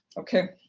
okay.